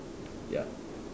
ya